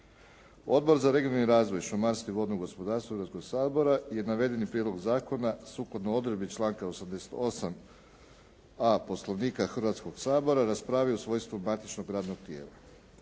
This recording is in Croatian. Odbor za regionalni razvoj, šumarstvo i vodno gospodarstvo Hrvatskog sabora je navedeni prijedlog zakona sukladno odredbi članka 88.a) Poslovnika Hrvatskog sabora raspravio u svojstvu matičnog radnog tijela.